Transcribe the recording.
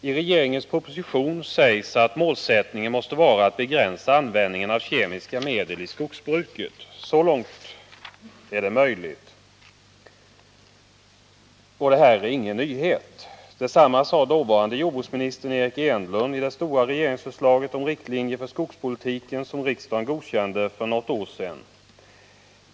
Herr talman! I propositionen sägs att målsättningen måste vara att begränsa användningen av kemiska medel i skogsbruket så långt det är möjligt. Detta är ingen nyhet. Detsamma sade dåvarande jordbruksministern Eric Enlund i det stora regeringsförslag om riktlinjer för skogspolitiken som riksdagen godkände för något år sedan.